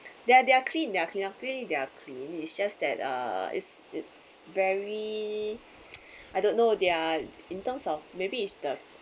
they're they're clean they're clean up luckily they're clean is just that uh it's it's very I don't know their in terms of maybe it's the